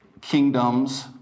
kingdoms